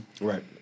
Right